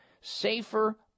safer